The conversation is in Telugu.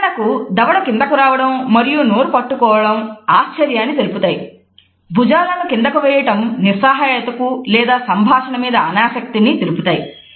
ఉదాహరణకు దవడ కిందకు రావడం మరియు నోరు పట్టుకోవడం ఆశ్చర్యాన్ని తెలుపుతాయి భుజాలను కిందకు వేయటం నిస్సహాయత కు లేదా సంభాషణ మీద అనాసక్తిని తెలుపుతాయి